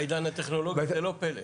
בעידן הטכנולוגי זה לא פלא.